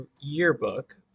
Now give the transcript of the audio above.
yearbook